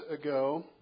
ago